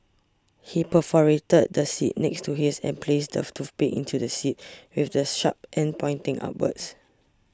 he perforated the seat next to his and placed the toothpicks into the seat with the sharp ends pointing upwards